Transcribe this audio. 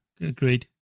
agreed